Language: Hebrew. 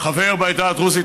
חבר בעדה הדרוזית,